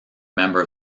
member